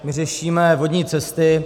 My řešíme vodní cesty.